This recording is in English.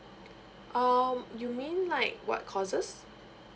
uh you mean like what causes